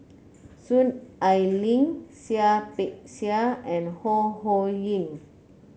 Soon Ai Ling Seah Peck Seah and Ho Ho Ying